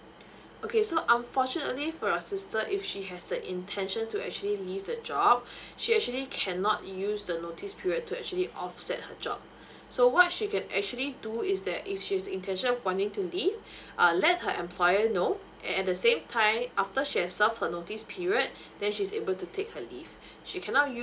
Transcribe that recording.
okay so unfortunately for your sister if she has the intention to actually leave the job she actually cannot use the notice period to actually offset her job so what she can actually do is that if she's intention pointing to leave uh let her employer know at the same time after she has serve her notice period then she's able to take her leave she cannot use